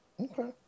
Okay